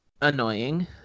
annoying